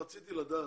אנחנו נגיע אליהם.